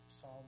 Psalm